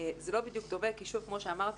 כמו שאמרתי,